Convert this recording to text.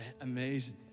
amazing